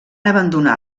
abandonar